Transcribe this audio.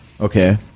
Okay